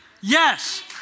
Yes